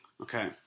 Okay